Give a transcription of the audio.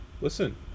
Listen